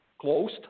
closed